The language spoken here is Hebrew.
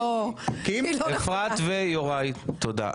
אפרת ויוראי תודה.